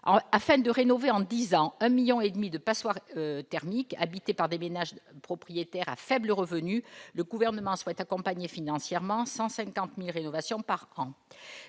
afin de rénover en disant un 1000000 et demi de passoires thermiques habité par des ménages propriétaires à faible revenu, le gouvernement souhaite accompagner financièrement 150000 rénovations par an